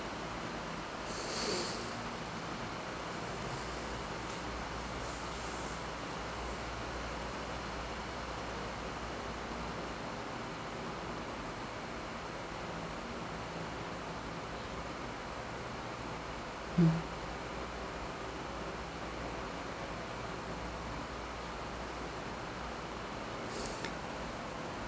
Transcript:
mm